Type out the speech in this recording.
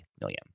million